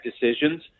decisions